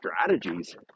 strategies